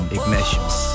Ignatius